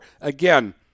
Again